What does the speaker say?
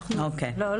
לא,